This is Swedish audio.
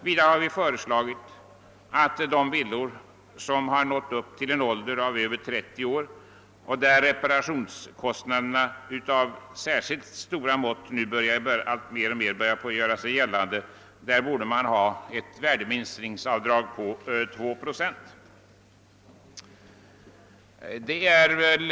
Vi har också föreslagit att villor som nu nått en ålder av över 30 år, för vilka reparationskostnader av stora mått alltmer börjar göra sig märkbara, borde få bli föremål för ett värdeminskningsavdrag av 2 procent. Herr talman!